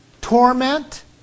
torment